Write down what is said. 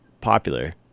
popular